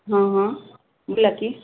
हां हां बोला की